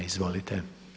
Izvolite.